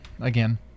again